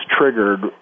triggered